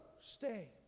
stay